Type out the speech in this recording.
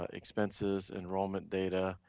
ah expenses, enrollment data,